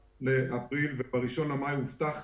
ב-1 במאי הובטח,